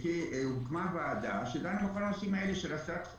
הוקמה ועדה שדנה בכל הנושאים האלה של הסרת חסמים.